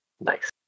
Nice